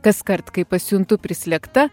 kaskart kai pasijuntu prislėgta